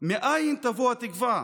מאין תבוא התקווה?